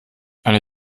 eine